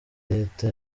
leta